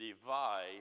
divide